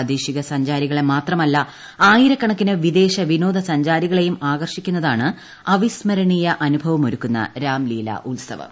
പ്രാദേശിക സഞ്ചാരികളെ മാത്രമല്ല ആയിരക്കണക്കിന് വിദേശ വിനോദസഞ്ചാരികളെയും ആകർഷിക്കുന്നതാണ് അവിസ്മരണീയ അനുഭവമൊരുക്കുന്ന രാംലീല ഉത്സവം